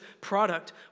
product